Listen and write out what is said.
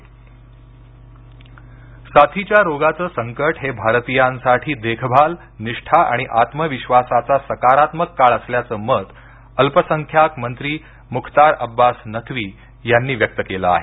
mobile clinic साथीच्या रोगाचं संकट हे भारतीयांसाठी देखभाल निष्ठा आणि आत्मविश्वासाचा सकारात्मक काळ असल्याचं मत अल्पसंख्याक मंत्री मुख्तार अब्बास नक्वी यांनी व्यक्त केलं आहे